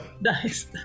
Nice